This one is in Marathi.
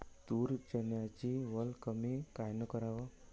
तूर, चन्याची वल कमी कायनं कराव?